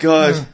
God